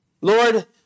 Lord